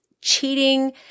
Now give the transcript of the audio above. cheating